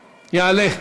יעלה.